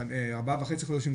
ארבעה וחצי חודשים,